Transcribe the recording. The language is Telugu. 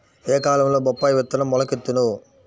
ఏ కాలంలో బొప్పాయి విత్తనం మొలకెత్తును?